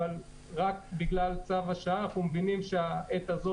אבל רק בגלל צו השעה אנחנו מבינים שבעת הזאת